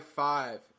five